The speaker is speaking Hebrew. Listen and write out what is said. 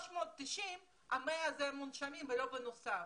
ה-390 חולים קשים נכללים גם ה-100 המונשמים ולא בנוסף.